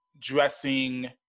dressing